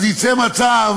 אז ייצא מצב,